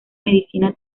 medicina